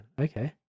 Okay